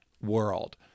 world